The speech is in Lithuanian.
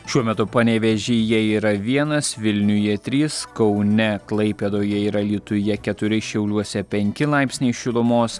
šiuo metu panevėžyje yra vienas vilniuje trys kaune klaipėdoje ir alytuje keturi šiauliuose penki laipsniai šilumos